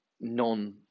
non